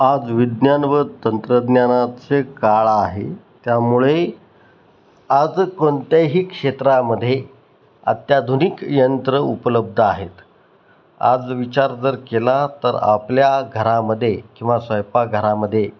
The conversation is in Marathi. आज विज्ञान व तंत्रज्ञानाचे काळ आहे त्यामुळे आज कोणत्याही क्षेत्रामध्ये अत्याधुनिक यंत्रं उपलब्ध आहेत आज विचार जर केला तर आपल्या घरामध्ये किंवा स्वयंपाकघरामध्ये